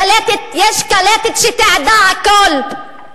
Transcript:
יש קלטת שתיעדה הכול.